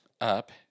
up